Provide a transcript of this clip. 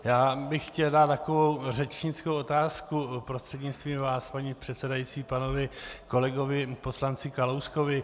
Já bych chtěl dát takovou řečnickou otázku prostřednictvím vás, paní předsedající, panu kolegovi poslanci Kalouskovi.